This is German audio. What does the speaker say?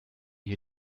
hier